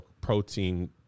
protein